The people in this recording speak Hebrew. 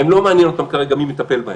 לא מעניין אותם כרגע מי מטפל בהם.